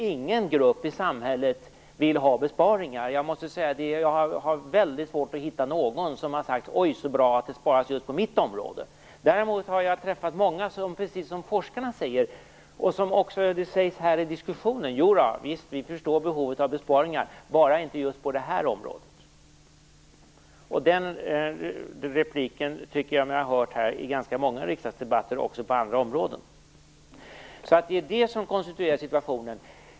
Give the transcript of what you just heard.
Ingen grupp i samhället vill ha besparingar. Jag har väldigt svårt att hitta några som säger att det är bra att det sparas på deras område. Däremot har jag träffat många som, precis som forskarna säger och som sägs i den här diskussionen, förstår behovet av besparingar bara det inte sker just på deras område. Den repliken tycker jag mig ha hört i ganska många riksdagsdebatter och på andra områden. Det är det som konstituerar situationen.